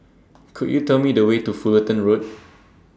Could YOU Tell Me The Way to Fullerton Road